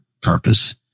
Purpose